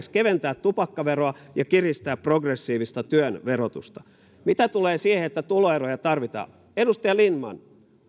keventää tupakkaveroa ja kiristää progressiivista työn verotusta mitä tulee siihen että tuloeroja tarvitaan niin edustaja lindtman